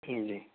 ٹھیک جی